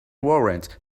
warrant